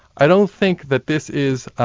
i don't think that this is